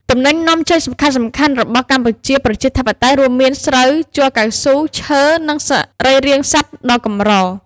ទំនិញនាំចេញសំខាន់ៗ របស់កម្ពុជា ប្រជាធិបតេយ្យរួមមាន ស្រូវ ជ័រកៅស៊ូ ឈើ និងសរីររាង្គសត្វដ៏កម្រ ។